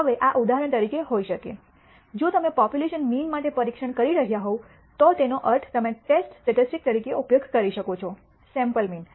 હવે આ ઉદાહરણ તરીકે હોઈ શકે જો તમે પોપ્યુલેશન મીન માટે પરીક્ષણ કરી રહ્યાં હોવ તો તેનો અર્થ તમે ટેસ્ટ સ્ટેટિસ્ટિક્સ તરીકે ઉપયોગ કરી શકો છો સેમ્પલ મીન